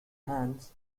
hands